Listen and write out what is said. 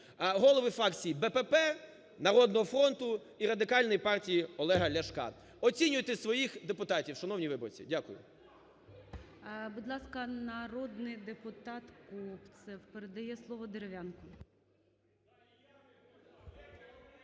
голови фракцій БПП, "Народного фронту" і Радикальної партії Олега Ляшка. Оцінюйте своїх депутатів, шановні виборці. Дякую. ГОЛОВУЮЧИЙ. Будь ласка, народний депутат Кобцев. Передає слово Дерев'янку.